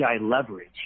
leverage